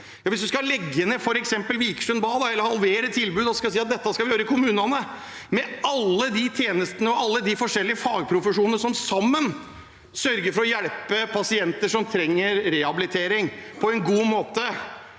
hvis man skal legge ned f.eks. Vikersund Bad Rehabiliteringssenter, eller halvere tilbudet, og så si at dette skal vi gjøre i kommunene – med alle de tjenestene og alle de forskjellige fagprofesjonene som sammen sørger for å hjelpe pasienter som trenger rehabilitering, på en god måte.